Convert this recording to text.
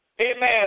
Amen